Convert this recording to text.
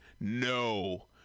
No